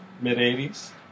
mid-80s